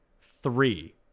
Three